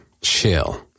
Chill